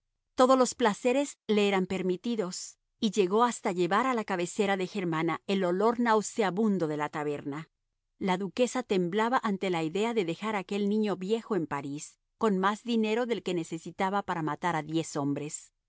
todos los placeres le eran permitidos y llegó hasta llevar a la cabecera de germana el olor nauseabundo de la taberna la duquesa temblaba ante la idea de dejar a aquel niño viejo en parís con más dinero del que se necesitaba para matar a diez hombres